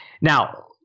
Now